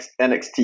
NXT